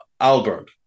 Alberg